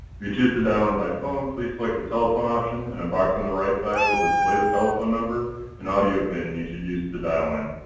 choose to dial in by phone please select the telephone option and a box on the right side will display the telephone number and audio pane you should use to dial in.